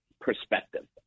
perspective